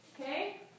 Okay